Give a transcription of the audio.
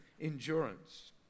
Endurance